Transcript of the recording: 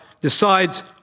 decides